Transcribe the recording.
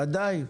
ודאי,